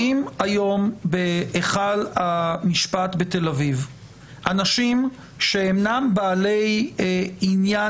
האם היום בהיכל המשפט בתל אביב אנשים שאינם בעלי עניין